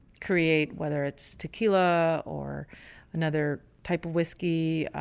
create, whether it's tequila or another type of whiskey,